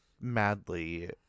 madly